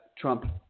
Trump